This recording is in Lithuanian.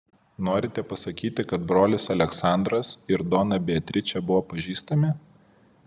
norite pasakyti kad brolis aleksandras ir dona beatričė buvo pažįstami